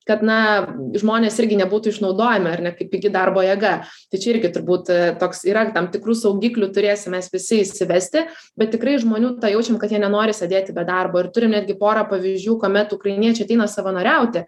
kad na žmonės irgi nebūtų išnaudojami ar ne kaip pigi darbo jėga tai čia irgi turbūt toks yra tam tikrų saugiklių turėsim mes visi įsivesti bet tikrai iš žmonių tą jaučiam kad jie nenori sėdėti be darbo ir turiu netgi porą pavyzdžių kuomet ukrainiečiai ateina savanoriauti